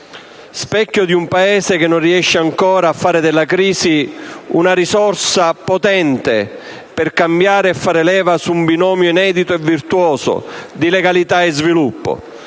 declino, di un Paese che non riesce ancora a fare della crisi una risorsa potente per cambiare e fare leva su un binomio inedito e virtuoso di legalità e sviluppo;